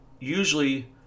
usually